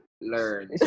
learn